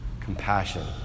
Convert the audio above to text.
compassion